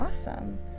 Awesome